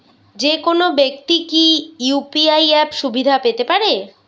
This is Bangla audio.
যেকোনো ব্যাক্তি কি ইউ.পি.আই অ্যাপ সুবিধা পেতে পারে?